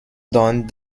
donned